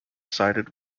sided